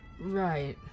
Right